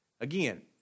Again